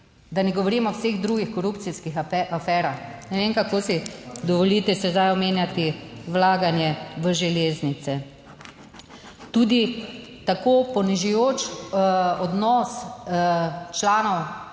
da ne govorimo o vseh drugih korupcijskih aferah. Ne vem, kako si dovolite sedaj omenjati vlaganje v železnice. Tudi tako ponižujoč odnos članov,